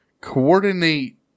coordinate